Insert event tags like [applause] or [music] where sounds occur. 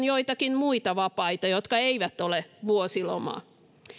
[unintelligible] joitakin muita vapaita jotka eivät ole vuosilomaa